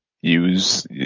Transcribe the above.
use